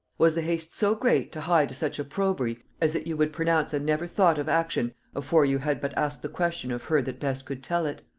was the haste so great to hie to such opprobry as that you would pronounce a never thought of action afore you had but asked the question of her that best could tell it?